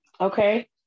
Okay